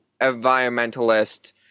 environmentalist